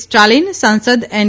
સ્ટાલિન સાંસદ એન